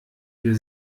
wir